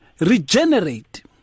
regenerate